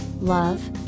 love